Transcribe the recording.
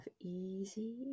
easy